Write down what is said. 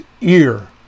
ear